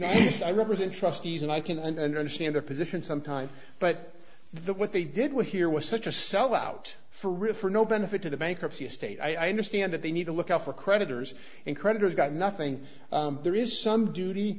know i represent trustees and i can understand their position some time but the what they did with here was such a sellout for refer no benefit to the bankruptcy estate i understand that they need to look out for creditors and creditors got nothing there is some duty